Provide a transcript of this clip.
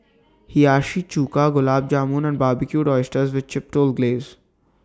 Hiyashi Chuka Gulab Jamun and Barbecued Oysters with Chipotle Glaze